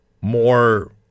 more